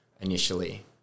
initially